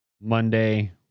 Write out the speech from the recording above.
Monday